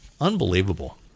Unbelievable